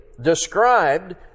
described